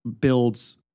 builds